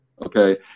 okay